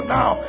now